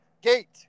Gate